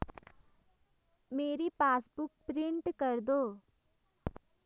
मेरी passbook print कर दो